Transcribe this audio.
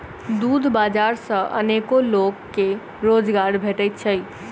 दूध बाजार सॅ अनेको लोक के रोजगार भेटैत छै